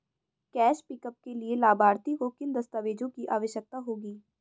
Cash pickup के लिए लाभार्थी को किन दस्तावेजों की आवश्यकता होगी?